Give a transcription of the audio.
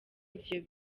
ivyo